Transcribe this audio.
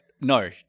No